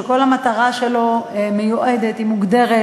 שכל המטרה שלהם מיועדת ומוגדרת,